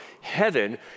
heaven